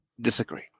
disagree